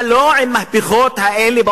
אתה לא עם המהפכות האלה,